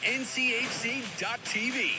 nchc.tv